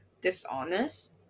dishonest